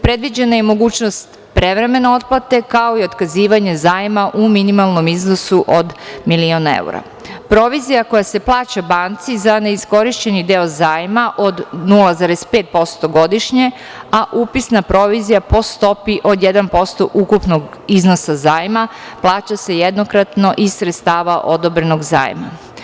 Predviđena je i mogućnost prevremene otplate kamate, kao i otkazivanje zajma u minimalnom iznosu od milion evra. provizija koja se plaća banci za neiskorišćeni deo zajma od 0, 5% godišnje, a upisna provizija po stopi od 1% ukupnog iznosa zajma plaća se jednokratno iz sredstava odobrenog zajma.